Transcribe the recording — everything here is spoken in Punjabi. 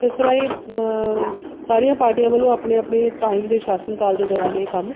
ਜਿਸ ਤਰ੍ਹਾਂ ਇਹ ਸਾਰੀਆਂ ਪਾਰਟੀਆਂ ਵੱਲੋਂ ਆਪਣੇ ਆਪਣੇ ਟਾਈਮ ਦੇ ਸ਼ਾਸਨ ਕਾਲ ਦੇ ਦੌਰਾਨ ਇਹ ਕੰਮ